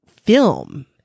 film